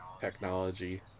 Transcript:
technology